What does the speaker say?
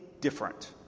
different